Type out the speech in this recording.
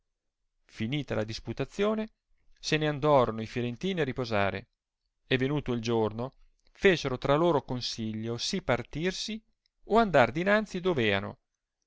finita la disputaione se ne andorono i firentini a riposare e venuto il giorno fecero tra loro consiglio si partirsi o andar dinanzi doveano